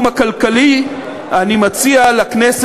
לא בתחום הכלכלי.